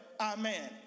amen